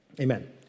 amen